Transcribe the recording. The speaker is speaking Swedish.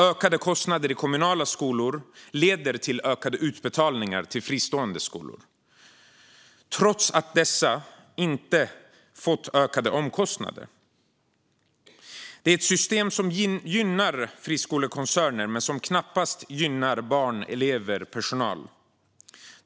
Ökade kostnader i kommunala skolor leder till ökade utbetalningar till fristående skolor, trots att dessa inte fått ökade omkostnader. Det är ett system som gynnar friskolekoncerner men som knappast gynnar barn, elever och personal.